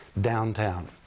downtown